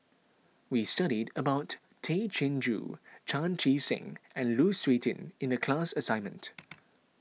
we studied about Tay Chin Joo Chan Chee Seng and Lu Suitin in the class assignment